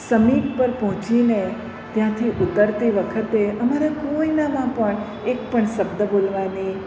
summit પર પહોંચીને ત્યાંથી ઊતરતી વખતે અમારા કોઈનામાં પણ એક પણ શબ્દ બોલવાની